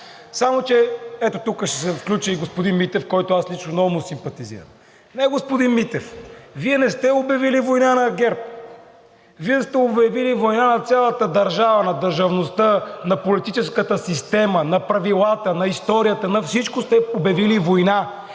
Само че, ето тук ще включа и господин Митев, на когото аз лично много му симпатизирам. Не, господин Митев, Вие не сте обявили война на ГЕРБ, Вие сте обявили война на цялата държава, на държавността, на политическата система, на правилата, на историята – на всичко сте обявили война.